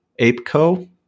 APECO